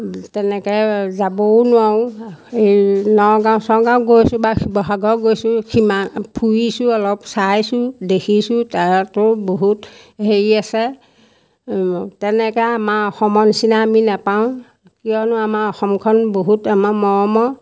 তেনেকৈ যাবও নোৱাৰোঁ এই নগাঁও চগাঁও গৈছোঁ বা শিৱসাগৰ গৈছোঁ সীমা ফুৰিছোঁ অলপ চাইছোঁ দেখিছোঁ তাতো বহুত হেৰি আছে তেনেকৈ আমাৰ অসমৰ নিচিনা আমি নেপাওঁ কিয়নো আমাৰ অসমখন বহুত আমাৰ মৰমৰ